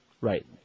Right